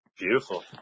Beautiful